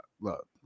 look